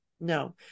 No